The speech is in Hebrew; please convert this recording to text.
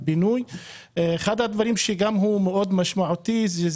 אחד הדברים, וגם הוא מאוד משמעותי, זה